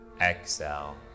Exhale